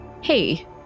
hey